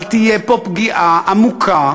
אבל תהיה פה פגיעה עמוקה